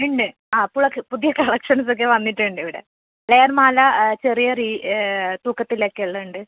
ഉണ്ട് ആ അപ്പോളൊക്കെ പുതിയ കളക്ഷൻസൊക്കെ വന്നിട്ടുണ്ടിവിടെ ലെയർ മാല ചെറിയ തൂക്കത്തിലക്കെ ഉള്ളതുണ്ട്